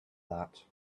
that